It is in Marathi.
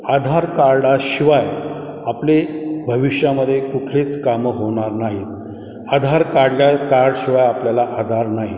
आधार कार्डाशिवाय आपली भविष्यामध्ये कुठलीच कामं होणार नाहीत आधार काढल्या कार्डशिवाय आपल्याला आधार नाही